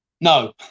no